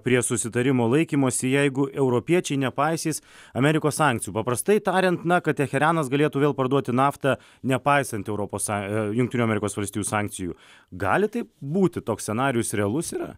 prie susitarimo laikymosi jeigu europiečiai nepaisys amerikos sankcijų paprastai tariant na kad teheranas galėtų vėl parduoti naftą nepaisant europos są jungtinių amerikos valstijų sankcijų gali taip būti toks scenarijus realus yra